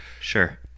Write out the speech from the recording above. Sure